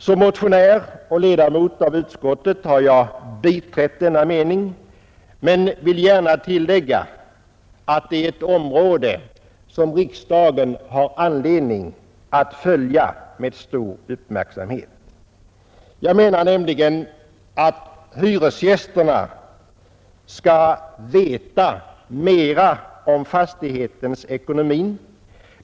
Som motionär och ledamot av utskottet har jag biträtt denna mening men vill gärna tillägga att det är ett område som riksdagen har anledning att följa med stor uppmärksamhet. Jag menar nämligen att hyresgästerna skall veta mera om fastighetens ekonomi.